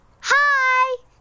Hi